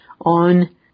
on